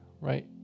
right